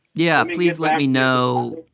yeah. please let me know.